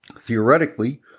Theoretically